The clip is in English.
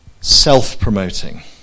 self-promoting